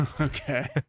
okay